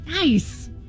Nice